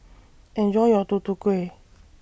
Enjoy your Tutu Kueh